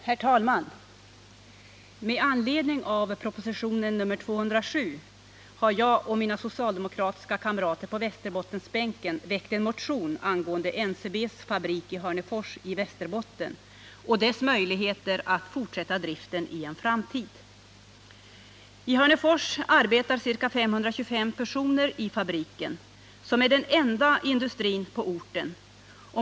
Herr talman! Med anledning av propositionen 207 har jag och mina Fredagen den socialdemokratiska kamrater på Västerbottensbänken väckt en motion 8 juni 1979 angående NCB:s fabrik i Hörnefors i Västerbotten och dess möjligheter att fortsätta driften i en framtid. I Hörnefors arbetar ca 525 personer i fabriken, som är den enda industrin på orten.